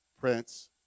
Prince